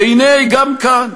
והנה, גם כאן,